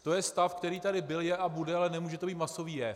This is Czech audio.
To je stav, který tady byl, je a bude, ale nemůže to být masový jev.